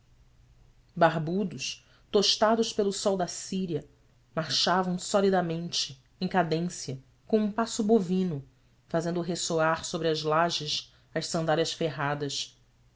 barbudos tostados pelo sol da síria marchavam solidamente em cadência com um passo bovino fazendo ressoar sobre as lajes as sandálias ferradas